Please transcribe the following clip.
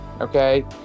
Okay